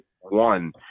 one